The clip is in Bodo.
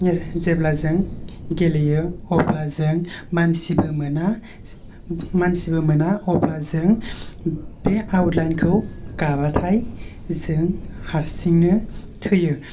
जेब्ला जों गेलेयो आब्ला जों मानसिबो मोना मानसिबो मोना अब्ला जों बे आवट लाइन खौ गाबाथाय जों हारसिंनो थैयो